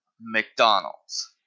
McDonald's